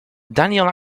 daniel